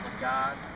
God